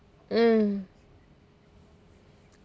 mm